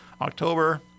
October